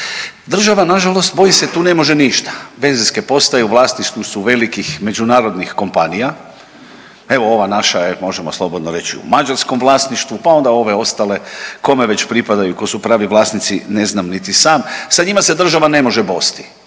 Država nažalost boji se tu ne može ništa. Benzinske postaje u vlasništvu su velikih međunarodnih kompanija, evo ova naša možemo slobodno reći u mađarskom vlasništvu, pa onda ove ostale kome već pripadaju, tko su pravi vlasnici ne znam niti sam. Sa njima se država ne može bosti